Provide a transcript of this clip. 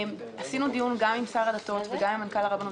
ערכנו דיון גם עם שר הדתות וגם עם מנכ"ל הרבנות